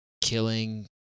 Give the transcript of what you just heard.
killing